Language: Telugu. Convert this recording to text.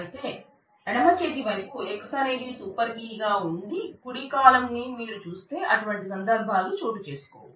అయితే ఎడమ చేతి వైపు X అనేది సూపర్ కీ గా ఉండే కుడి కాలమ్ ని మీరు చూస్తే అటువంటి సందర్భాలు చోటు చేసుకోవు